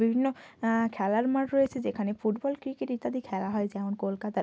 বিভিন্ন খেলার মাঠ রয়েছে যেখানে ফুটবল ক্রিকেট ইত্যাদি খেলা হয় যেমন কলকাতার